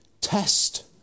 test